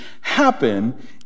happen